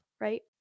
right